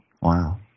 Wow